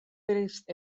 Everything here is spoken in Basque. prest